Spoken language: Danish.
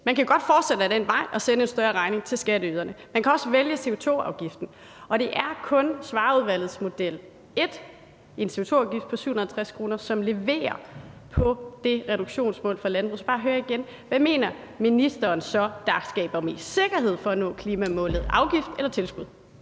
Man kan godt fortsætte ad den vej og sende en større regning til skatteyderne. Man kan også vælge CO2-afgiften, og det er kun Svarerudvalgets model et, en CO2-afgift på 750 kr., som leverer på reduktionsmålet for landbruget. Så jeg skal bare spørge igen: Hvad mener ministeren så skaber mest sikkerhed for at nå klimamålet – afgift eller tilskud?